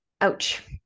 Ouch